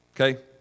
Okay